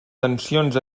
tensions